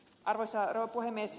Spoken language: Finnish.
arvoisa rouva puhemies